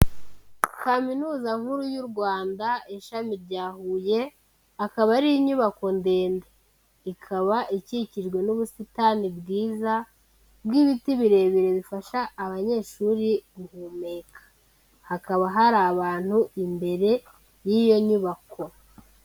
Kaminuza nkuru y'u Rwanda ishami rya Huye, akaba ari inyubako ndende. Ikaba ikikijwe n'ubusitani bwiza bw'ibiti birebire bifasha abanyeshuri guhumeka. Hakaba hari abantu imbere y'iyo nyubako.